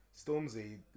Stormzy